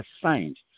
assigned